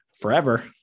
forever